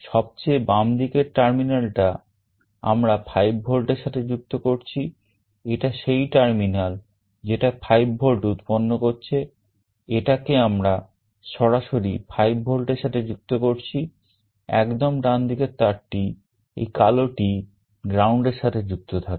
সবচেয়ে বামদিকের terminal টা আমরা 5V এর সাথে যুক্ত করছি এটা সেই টার্মিনাল যেটা 5V উৎপন্ন করছে এটাকে আমরা সরাসরি 5V এর সাথে যুক্ত করছি একদম ডান দিকের তারটি এই কালো টি ground এর সাথে যুক্ত থাকে